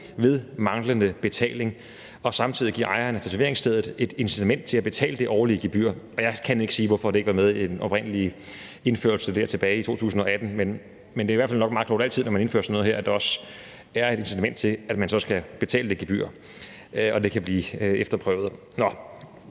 ved manglende betaling og samtidig give ejeren af tatoveringsstedet et incitament til at betale det årlige gebyr. Jeg kan ikke sige, hvorfor det ikke var med i den oprindelige indførelse tilbage i 2018, men det er i hvert fald nok altid meget klogt, når man indfører sådan noget her, at der også er et incitament til, at det gebyr betales, og at det kan blive efterprøvet.